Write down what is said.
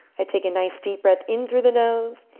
i take a nice deep breath in through the nose